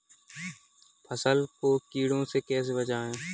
फसल को कीड़ों से कैसे बचाएँ?